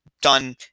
done